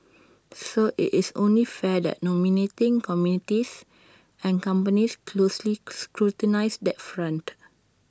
so IT is only fair that nominating committees and companies closely scrutinise that front